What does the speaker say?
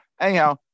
Anyhow